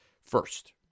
first